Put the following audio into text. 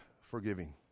forgiving